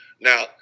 Now